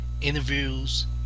interviews